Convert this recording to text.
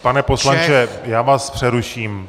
Pane poslanče, já vás přeruším.